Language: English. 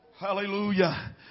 Hallelujah